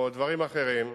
או דברים אחרים.